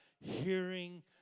hearing